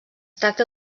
tracta